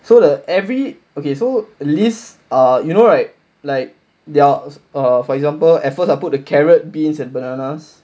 so the every okay so at least uh you know right like there's err for example at first I put the carrot beans and bananas